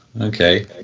Okay